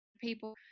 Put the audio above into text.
people